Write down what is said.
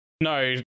no